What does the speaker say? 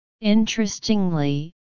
Interestingly